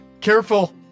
careful